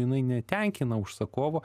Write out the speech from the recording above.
jinai netenkina užsakovo